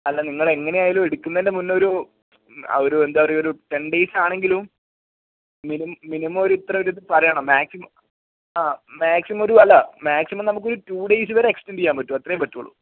അല്ല നിങ്ങളെങ്ങനെ ആയാലും എടുക്കുന്നതിൻ്റെ മുന്നെ ഒരു ഒരു എന്താ പറയാ ഒരു ടെൻ ഡേയ്സ് ആണെങ്കിലും മിനിമം മിനിമം ഒരു ഇത്ര ഇത് പറയണം മാക്സിമം ആ മാക്സിമം ഒരു അല്ല മാക്സിമം നമുക്കൊരു ടു ഡേയ്സ് വരെ എക്സ്റ്റെന്റ്റ് ചെയ്യാൻ പറ്റും അത്രേ പറ്റുവൊള്ളു